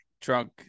drunk